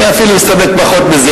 אני אפילו אסתפק בפחות מזה.